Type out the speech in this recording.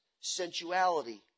sensuality